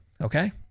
Okay